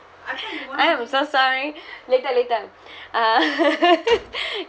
I am so sorry later later uh